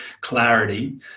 clarity